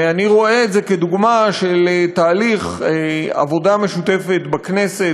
ואני רואה את זה כדוגמה של תהליך עבודה משותפת בכנסת,